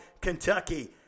Kentucky